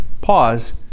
pause